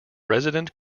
resident